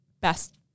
best